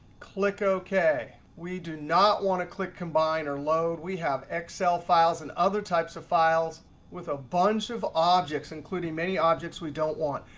click ok. we do not want to click combine or load. we have excel files and other types of files with a bunch of objects, including many objects we don't want.